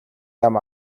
яам